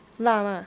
辣 mah